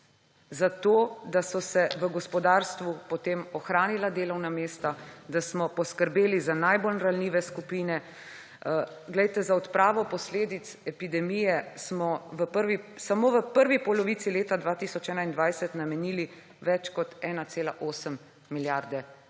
za to, da so se v gospodarstvu potem ohranila delovna mesta, da smo poskrbeli za najbolj ranljive skupine. Za odpravo posledic epidemije smo samo v prvi polovici leta 2021 namenili več kot 1,8 milijarde evrov.